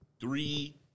three